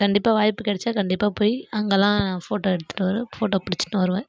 கண்டிப்பாக வாய்ப்பு கிடைச்சா கண்டிப்பாக போய் அங்கேலாம் ஃபோட்டோ எடுத்துட்டு வருவேன் ஃபோட்டோ பிடிச்சிட்டும் வருவேன்